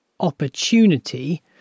Opportunity